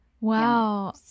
Wow